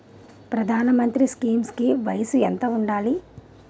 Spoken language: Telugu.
ప్రధాన మంత్రి స్కీమ్స్ కి వయసు ఎంత ఉండాలి?